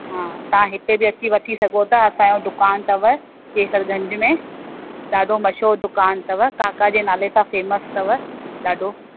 हा तव्हां हिते बि अची वठी सघो था असांजो दुकान अथव केसर गंज में ॾाढो मशहूर दुकानु अथव काका जे नाले सां फ़ेमस अथव ॾाढो